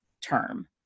term